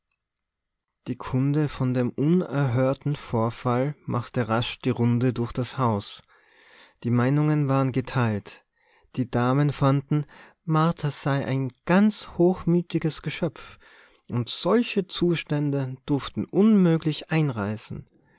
die kunde von dem unerhörten vorfall machte rasch die runde durch das haus die meinungen waren geteilt die damen fanden martha sei ein ganz hochmütiges geschöpf und solche zustände dürften unmöglich einreißen